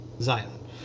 Zion